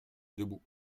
debout